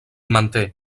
manté